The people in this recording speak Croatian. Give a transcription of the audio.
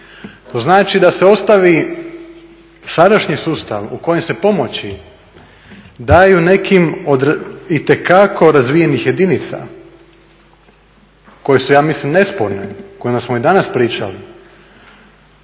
to znači da se ostavi sadašnji sustav u kojem se pomoći daju nekim od itekako razvijenih jedinica koje su ja mislim nesporne, o kojima smo i danas pričali,